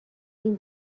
این